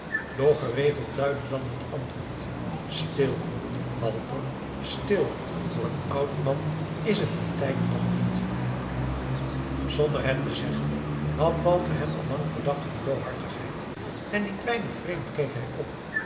doch geregeld luidde dan het antwoord stil walter stil voor een oud man is het de tijd nog niet zonder het te zeggen had walter hem al lang verdacht van bloohartigheid en niet weinig vreemd keek hij op